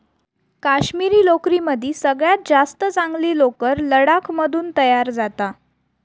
काश्मिरी लोकरीमदी सगळ्यात जास्त चांगली लोकर लडाख मधून तयार जाता